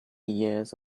years